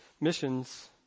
Missions